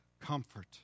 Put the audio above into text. comfort